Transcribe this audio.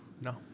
No